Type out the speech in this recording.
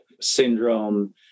syndrome